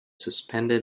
suspended